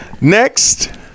Next